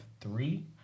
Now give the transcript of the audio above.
three